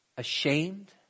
Ashamed